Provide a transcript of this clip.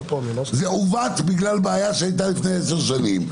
זה עוות בגלל בעיה שהייתה לפני עשר שנים.